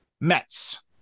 Mets